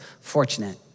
fortunate